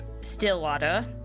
Stillwater